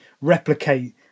replicate